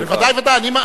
בוודאי, ודאי.